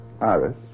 Iris